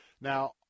Now